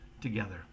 together